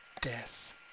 death